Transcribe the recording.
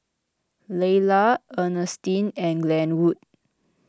Laylah Earnestine and Glenwood